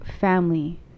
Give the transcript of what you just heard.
family